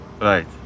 right